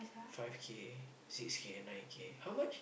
five K six K nine K how much